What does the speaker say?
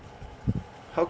how